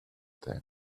that